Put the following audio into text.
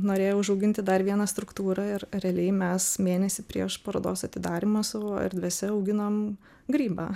norėjo užauginti dar vieną struktūrą ir realiai mes mėnesį prieš parodos atidarymą savo erdvėse auginom grybą